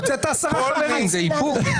הוצאת 10 חברים, זה איפוק?